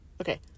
okay